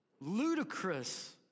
ludicrous